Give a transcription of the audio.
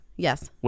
Yes